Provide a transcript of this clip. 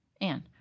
Anne